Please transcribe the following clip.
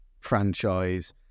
franchise